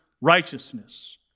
righteousness